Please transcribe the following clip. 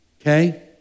okay